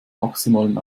maximalen